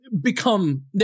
become